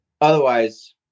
Otherwise